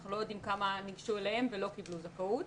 אנחנו לא יודעים כמה ניגשו אליהם ולא קיבלו זכאות,